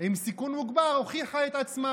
עם סיכון מוגבר הוכיחה את עצמה.